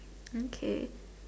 okay